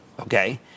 Okay